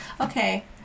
Okay